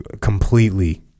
completely